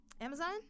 Amazon